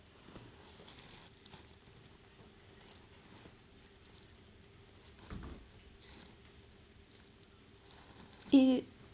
it